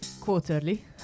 quarterly